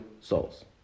souls